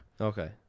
Okay